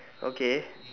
okay